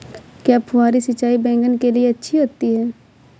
क्या फुहारी सिंचाई बैगन के लिए अच्छी होती है?